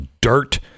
dirt